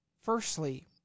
Firstly